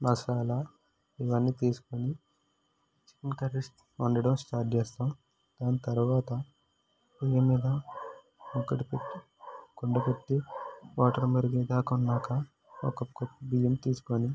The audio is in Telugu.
మసాలా ఇవన్నీ తీసుకొని చికెన్ కర్రీ వండడం స్టార్ట్ చేస్తాను దాని తరువాత పొయ్యి మీద కుండ పెట్టి వాటర్ మరిగేదాక ఉన్నాక ఒక కప్పు బియ్యం తీసుకొని